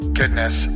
goodness